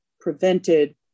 prevented